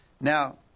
Now